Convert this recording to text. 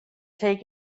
take